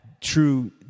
true